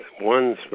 one